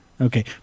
Okay